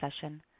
session